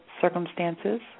circumstances